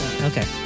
Okay